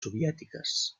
soviètiques